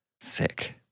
Sick